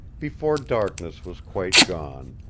before darkness was quite gone,